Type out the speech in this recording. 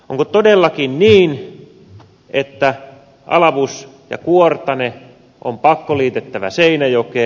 onko todellakin niin että alavus ja kuortane on pakkoliitettävä seinäjokeen